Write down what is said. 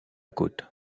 côte